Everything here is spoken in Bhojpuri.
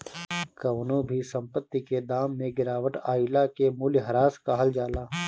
कवनो भी संपत्ति के दाम में गिरावट आइला के मूल्यह्रास कहल जाला